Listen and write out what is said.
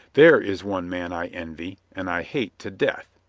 there is one man i envy and i hate to death.